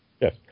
Yes